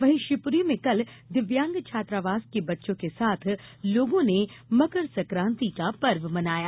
वहीं शिवपुरी में कल दिव्यांग छात्रावास के बच्चों के साथ लोगों ने मकरसंकाति का पर्व मनाया